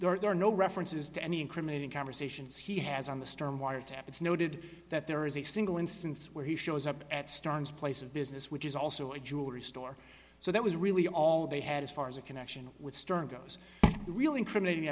phone there are no references to any incriminating conversations he has on the stern wiretap it's noted that there is a single instance where he shows up at starnes place of business which is also a jewelry store so that was really all they had as far as a connection with stern goes the real incriminating